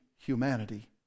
humanity